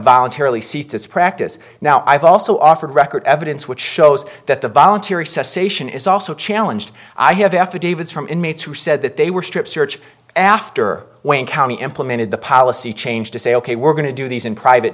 voluntarily ceased his practice now i've also offered record evidence which shows that the voluntary cessation is also challenged i have affidavits from inmates who said that they were strip search after wayne county implemented the policy changed to say ok we're going to do these in private